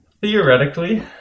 Theoretically